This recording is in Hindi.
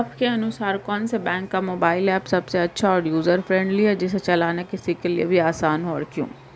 आपके अनुसार कौन से बैंक का मोबाइल ऐप सबसे अच्छा और यूजर फ्रेंडली है जिसे चलाना किसी के लिए भी आसान हो और क्यों?